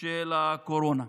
של הקורונה.